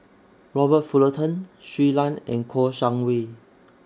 Robert Fullerton Shui Lan and Kouo Shang Wei